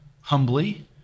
humbly